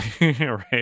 Right